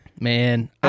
man